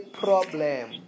problem